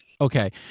Okay